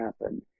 happen